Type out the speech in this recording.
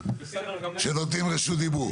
בשביל שלא יחשבו שאני נותן רק לחברות גדולות.